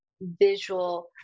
visual